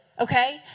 Okay